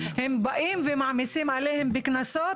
הם באים ומעמיסים עליהם בקנסות,